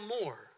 more